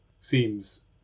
seems